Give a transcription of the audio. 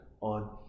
On